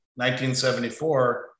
1974